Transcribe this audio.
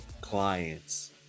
clients